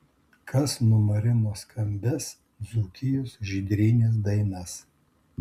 kas numarino skambias dzūkijos žydrynės dainas